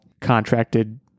contracted